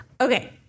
Okay